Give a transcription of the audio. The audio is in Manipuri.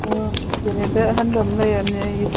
ꯑꯥ ꯖꯦꯅꯦꯇꯔ ꯑꯍꯟꯕ ꯑꯃ ꯂꯩꯔꯝꯅꯦ ꯑꯩꯒꯤ